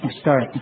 start